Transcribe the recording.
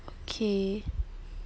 okay